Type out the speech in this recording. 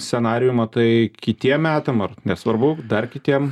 scenarijų matai kitiem metam ar nesvarbu dar kitiem